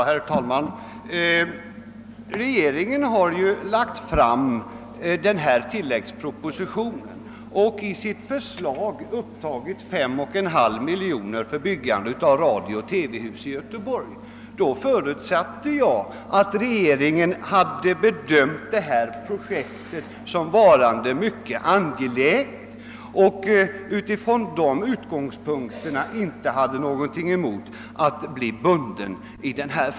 ' Herr talman! Regeringen har ju lagt fram denna tilläggsproposition och i sitt förslag upptagit 5,5 miljoner kronor för byggandet av radiooch TV hus i Göteborg. Då förutsätter jag att regeringen hade bedömt detta projekt såsom varande mycket angeläget och utifrån de utgångspunkterna inte hade något emot att bli bunden i denna fråga.